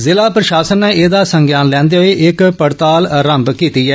जिला प्रशासन नै एहदा संज्ञान लैन्दे होई इक्क पड़ताल रम्म कीती ऐ